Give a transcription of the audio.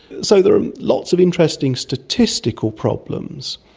so there are lots of interesting statistical problems.